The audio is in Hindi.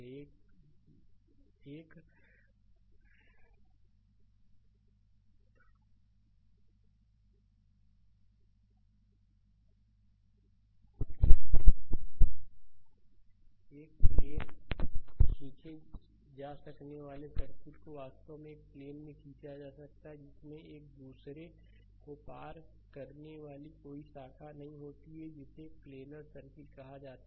एक विमान में खींचे जा सकने वाले सर्किट को वास्तव में एक प्लेन में खींचा जा सकता है जिसमें एक दूसरे को पार करने वाली कोई शाखा नहीं होती है जिसे प्लेनर सर्किट कहा जाता है